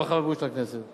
הרווחה והבריאות של הכנסת'".